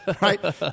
right